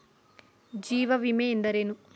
ಜೀವ ವಿಮೆ ಎಂದರೇನು?